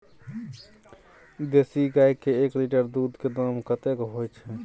देसी गाय के एक लीटर दूध के दाम कतेक होय छै?